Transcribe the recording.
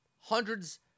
Hundreds